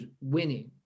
winning